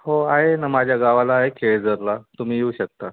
हो आहे ना माझ्या गावाला आहे केळजरला तुम्ही येऊ शकता